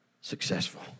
Successful